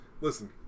listen